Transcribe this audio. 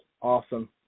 Awesome